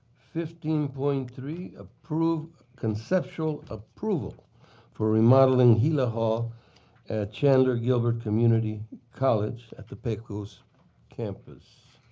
fifteen point three, approve conceptual approval for remodelling gila hall at chandler-gilbert community college at the pecos campus.